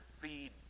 feed